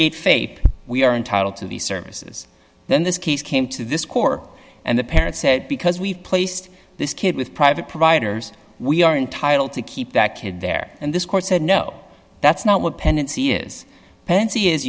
gate faith we are entitled to the services then this case came to this core and the parent said because we've placed this kid with private providers we are entitled to keep that kid there and this court said no that's not what pendency is pansy